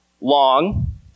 long